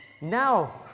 Now